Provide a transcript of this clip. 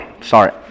Sorry